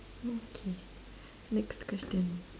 okay next question